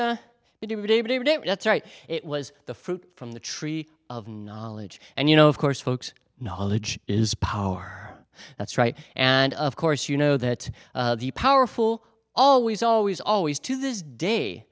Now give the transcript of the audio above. to that's right it was the fruit from the tree of knowledge and you know of course folks knowledge is power that's right and of course you know that the powerful always always always to this day